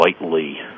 lightly